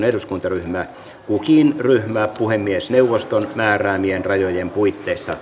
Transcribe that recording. eduskuntaryhmä kukin ryhmä puhemiesneuvoston määräämien rajojen puitteissa